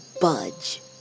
budge